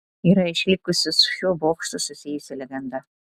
yra išlikusi su šiuo bokštu susijusi legenda